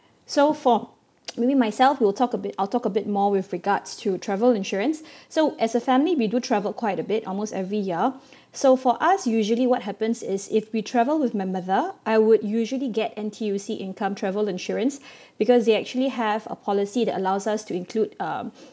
so for maybe myself we'll talk a bit I'll talk a bit more with regards to travel insurance so as a family we do travel quite a bit almost every year so for us usually what happens is if we travel with my mother I would usually get N_T_U_C income travel insurance because they actually have a policy that allows us to include um